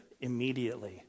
immediately